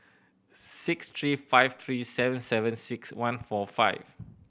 six three five three seven seven six one four five